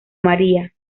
maría